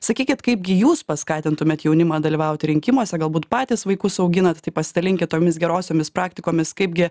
sakykit kaipgi jūs paskatintumėt jaunimą dalyvauti rinkimuose galbūt patys vaikus auginat tai pasidalinkit tomis gerosiomis praktikomis kaipgi